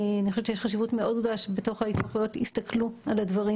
אני חושבת שיש חשיבות מאוד גדולה לכך שיסתכלו על הדברים